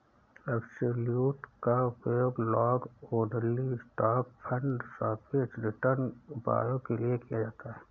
absolute का उपयोग long only stock fund सापेक्ष रिटर्न उपायों के लिए किया जाता है